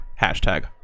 hashtag